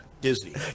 Disney